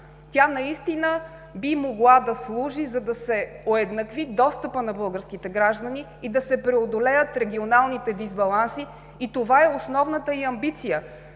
Тя наистина би могла да служи, за да се уеднакви достъпът на българските граждани и да се преодолеят регионалните дисбаланси, и това е основната й амбиция,